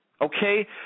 Okay